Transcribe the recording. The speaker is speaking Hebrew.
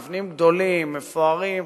מבנים גדולים ומפוארים,